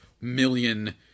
million